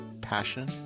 passion